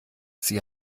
sie